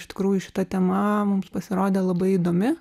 iš tikrųjų šita tema mums pasirodė labai įdomi